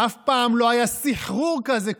אף פעם לא היה סחרור כזה,